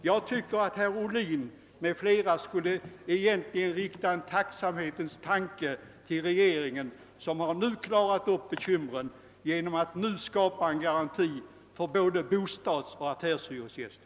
Jag tycker att herr Ohlin m.fl. egentligen borde rikta en tacksamhetens tanke till regeringen, som nu har klarat av bekymren genom att skapa en sådan garanti för både bostadsoch affärshyresgäster.